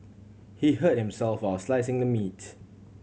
he hurt himself while slicing the meat